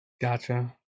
Gotcha